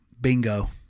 Bingo